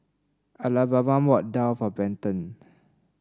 Alabama bought daal for Benton